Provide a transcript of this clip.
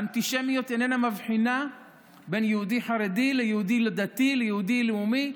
האנטישמיות איננה מבחינה בין יהודי חרדי ליהודי דתי ליהודי לאומי.